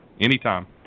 Anytime